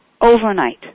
overnight